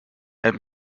help